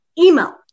Email